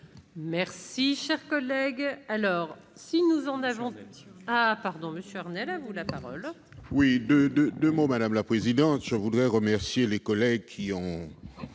Mes chers collègues,